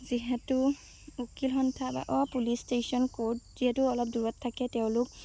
যিহেতু উকিল সন্থা বা অ' পুলিচ ষ্টেশ্যন ক'ৰ্ট যিহেতু অলপ দূৰত থাকে তেওঁলোক